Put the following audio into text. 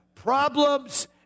Problems